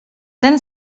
ten